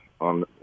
on